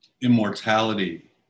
immortality